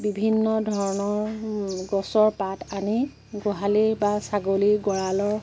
বিভিন্ন ধৰণৰ গছৰ পাত আনি গোহালিৰ বা ছাগলী গঁৰালৰ